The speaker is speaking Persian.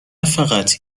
فقط